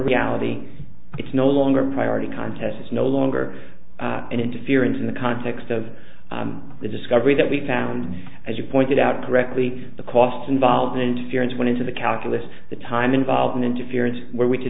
reality it's no longer a priority contest no longer an interference in the context of the discovery that we found as you pointed out correctly the costs involved interference when into the calculus the time involved in interference where we